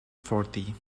fourty